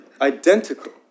identical